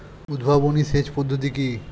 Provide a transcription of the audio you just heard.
উদ্ভাবনী সেচ পদ্ধতি কি?